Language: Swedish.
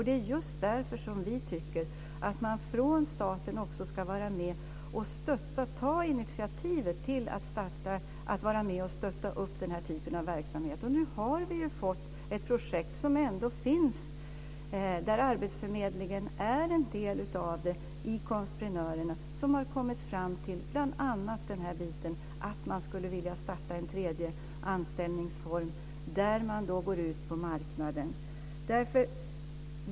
Det är just därför som vi tycker att man från staten ska vara med och stötta detta och ta initiativet till att starta denna typ av verksamhet. Nu har vi fått ett projekt som finns, och där arbetsförmedlingen är en del, dvs. Konstreprenörerna. Där har man bl.a. kommit fram till att man skulle vilja starta en tredje anställningsform där man går ut på marknaden.